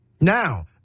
Now